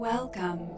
Welcome